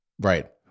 right